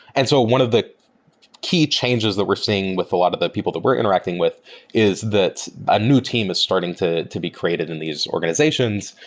and so one of the key changes that we're seeing with a lot of the people that we're interacting with is that a new team is starting to to be created in these organizations,